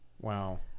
Wow